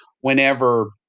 whenever